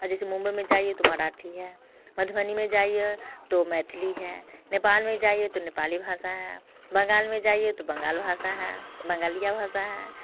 जैसे मुम्बई में जाइए तो मराठी है मधुबनी में जाइए तो मैथिली नेपाल में जाइए तो नेपाली भाषा है बंगाल में जाइए तो बंगाल भाषा है बंगलिया भाषा है